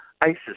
ISIS